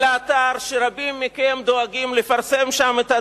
אלא אתר שרבים מכם דואגים לפרסם שם את הדברים,